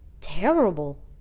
terrible